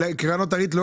לקרנות הריט לא